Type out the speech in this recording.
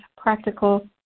practical